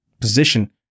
position